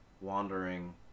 wandering